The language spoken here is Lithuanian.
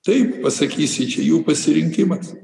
taip pasakysi čia jų pasirinkimas